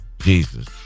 Jesus